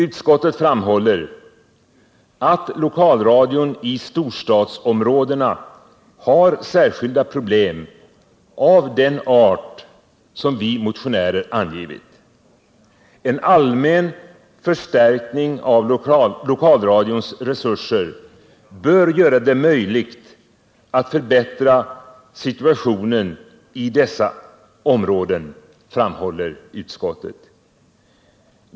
Utskottet framhåller att lokalradion i storstadsområdena har särskilda problem av den art som vi motionärer angivit. En allmän förstärkning av lokalradions resurser bör göra det möjligt att förbättra situationen i dessa områden, framhåller utskottet.